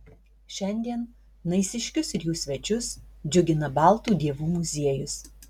šiandien naisiškius ir jų svečius džiugina baltų dievų muziejus